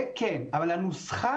אבל לא את הנוסחה